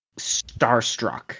starstruck